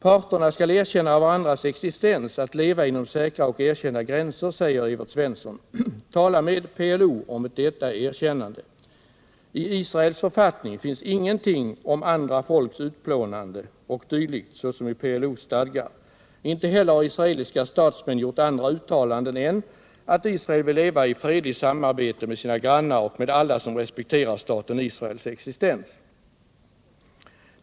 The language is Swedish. ”Parterna skall erkänna varandras existens att leva inom säkra och erkända gränser”, säger Evert Svensson. Tala med PLO om detta erkännande! I Israels författning finns ingenting om andra folks utplånande 0. d. såsom i PLO:s stadgar. Inte heller har israeliska statsmän gjort andra uttalanden än att Israel vill leva i fredligt samarbete med sina grannar och med alla som respekterar staten Israels existens.